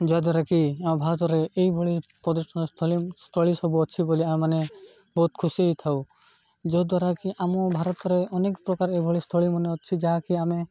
ଯାହାଦ୍ୱାରା କିି ଆମ ଭାରତରେ ଏହିଭଳି ପର୍ଯ୍ୟଟନ ସ୍ଥଳୀ ସବୁ ଅଛି ବୋଲି ଆମେ ମାନେ ବହୁତ ଖୁସି ହେଇଥାଉ ଯଦ୍ୱାରା କିି ଆମ ଭାରତରେ ଅନେକ ପ୍ରକାର ଏହିଭଳି ସ୍ଥଳୀ ମାନେ ଅଛି ଯାହାକି ଆମେ